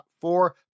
four